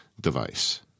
device